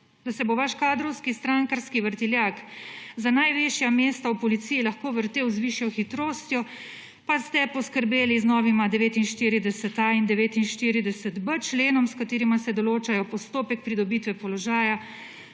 Da se bo vaš kadrovski strankarski vrtiljak za najvišja mesta v policiji lahko vrtel z višjo hitrostjo, pa ste poskrbeli z novima 49.a in 49.b členom, s katerima se določajo postopek pridobitve položaja